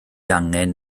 angen